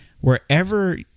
wherever